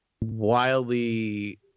wildly